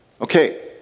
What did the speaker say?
Okay